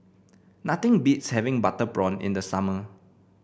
nothing beats having Butter Prawn in the summer